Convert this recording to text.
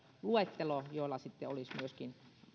luettelo jolla sitten olisi myöskin